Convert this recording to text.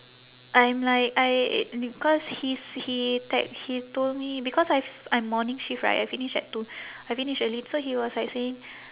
I'm like I because he's he text he told me because I've I'm morning shift right I finish at two I finish early so he was like saying